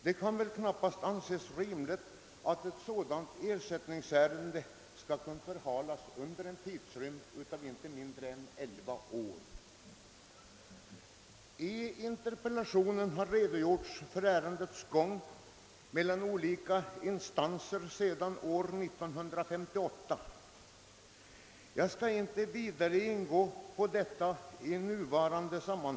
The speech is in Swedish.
Det kan knappast anses vara rimligt att ett ersättningsärende av detta slag förhalas i inte mindre än elva år. Jag har i interpellationen redogjort för hur ärendet handlagts i olika instanser sedan år 1958, och jag skall inte nu närmare ingå på den saken.